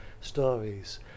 stories